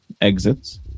exits